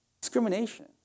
Discrimination